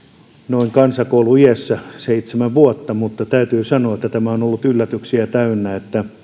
noin kansakouluiässä seitsemän vuotta mutta täytyy sanoa että tämä on ollut yllätyksiä täynnä